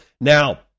Now